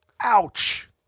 Ouch